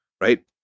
right